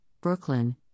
Brooklyn